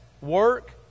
work